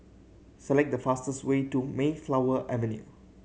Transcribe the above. select the fastest way to Mayflower Avenue